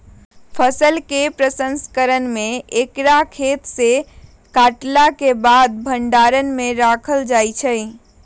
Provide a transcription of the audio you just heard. फसल के प्रसंस्करण में एकरा खेतसे काटलाके बाद भण्डार में राखल जाइ छइ